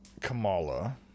Kamala